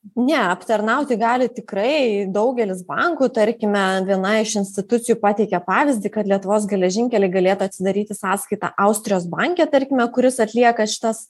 ne aptarnauti gali tikrai daugelis bankų tarkime vienai iš institucijų pateikė pavyzdį kad lietuvos geležinkeliai galėtų atsidaryti sąskaitą austrijos banke tarkime kuris atlieka šitas